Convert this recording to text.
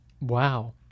Wow